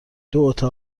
دوتا